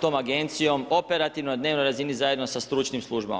tom agencijom, operativno na dnevnoj razini zajedno sa stručnim službama.